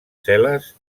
cel·les